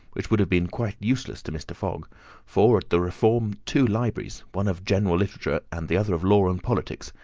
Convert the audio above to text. which would have been quite useless to mr. fogg for at the reform two libraries, one of general literature and the other of law and politics,